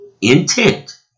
intent